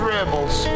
Rebels